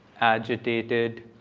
agitated